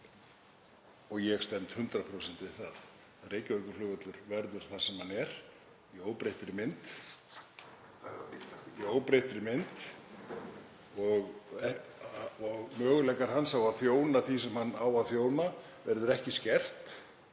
og ég stend 100% við það að Reykjavíkurflugvöllur verður þar sem hann er í óbreyttri mynd og möguleikar hans á að þjóna því sem hann á að þjóna verða ekki skertir